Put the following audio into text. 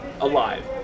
alive